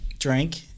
Drink